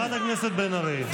חברת הכנסת בן ארי, אנא.